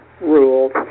rules